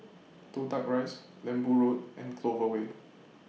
Toh Tuck Rise Lembu Road and Clover Way